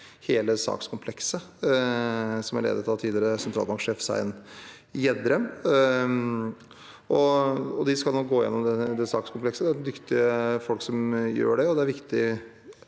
hele sakskomplekset. Det utvalget er ledet av tidligere sentralbanksjef Svein Gjedrem, og de skal nå gå igjennom det sakskomplekset. Det er dyktige folk som gjør det. Dette er viktig